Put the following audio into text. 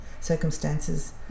circumstances